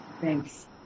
Thanks